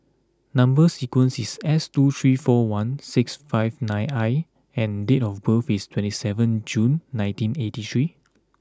number sequence is S two three four one six five nine I and date of birth is twenty seventh June nineteen eighty three